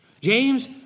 James